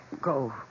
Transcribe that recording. go